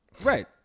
Right